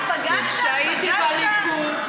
כשהייתי בליכוד,